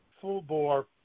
full-bore